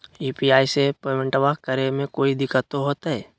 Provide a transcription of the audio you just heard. UPI से पेमेंटबा करे मे कोइ दिकतो होते?